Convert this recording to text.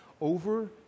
over